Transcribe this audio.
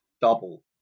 double